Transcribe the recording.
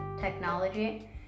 technology